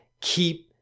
keep